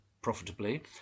profitably